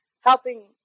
helping